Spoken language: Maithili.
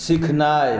सिखनाइ